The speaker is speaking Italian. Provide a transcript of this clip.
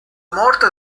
morte